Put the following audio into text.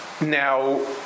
Now